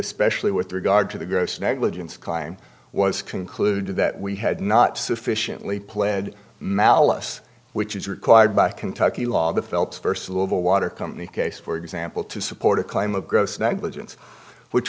especially with regard to the gross negligence crime was concluded that we had not sufficiently pled malice which is required by kentucky law the phelps first level water company case for example to support a claim of gross negligence which